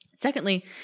Secondly